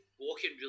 walking